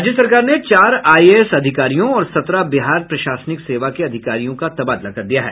राज्य सरकार ने चार आईएएस अधिकारियों और सत्रह बिहार प्रशासनिक सेवा के अधिकारियों का तबादला कर दिया है